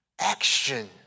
Action